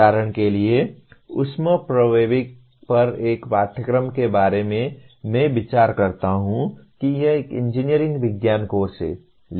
उदाहरण के लिए ऊष्मप्रवैगिकी पर एक पाठ्यक्रम के बारे में मैं विचार करता हूं कि यह एक इंजीनियरिंग विज्ञान कोर्स है